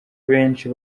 benshi